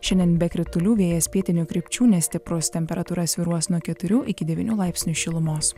šiandien be kritulių vėjas pietinių krypčių nestiprus temperatūra svyruos nuo keturių iki devynių laipsnių šilumos